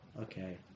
okay